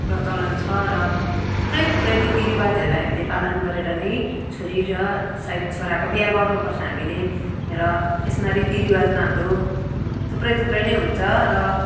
प्रचलन छ र थुप्रै थुप्रै रीतिरिवाजहरूलाई हामीले पालन गरेर नै छोरी र सायद छोराको बिहा गर्नु पर्छ हामीले र यसमा रीतिरिवाजमा हाम्रो थुप्रै थुप्रै नै हुन्छ र